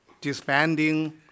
disbanding